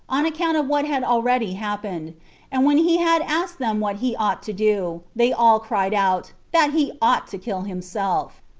on account of what had already happened and when he had asked them what he ought to do, they all cried out, that he ought to kill himself.